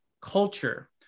culture